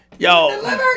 Yo